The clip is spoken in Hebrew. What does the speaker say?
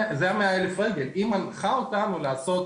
היא מנחה אותנו לעשות